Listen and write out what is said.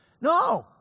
No